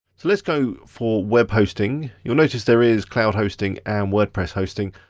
so let's go for web hosting, you'll notice there is cloud hosting and wordpress hosting.